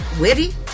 witty